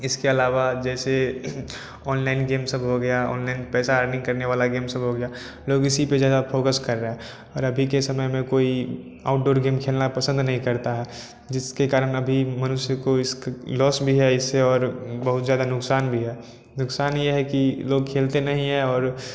इसके अलावा जैसे ऑनलाइन गेम सब हो गया ऑनलाइन पैसा अर्निंग करने वाला गेम सब हो गया लोग इसी पे ज़्यादा फोकस कर रहे हैं और अभी के समय में कोई आउटडोर गेम खेलना पसंद नहीं करता है जिसके कारण अभी मनुष्य को लॉस भी है इससे और बहुत ज़्यादा नुकसान भी है नुकसान यह है कि लोग खेलते नहीं है और